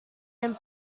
and